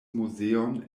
muzeon